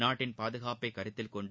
நாட்டின் பாதுகாப்பை கருத்தில் கொண்டு